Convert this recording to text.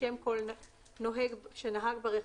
שם כל נוהג שנהג ברכב,